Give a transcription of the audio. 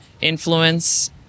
influence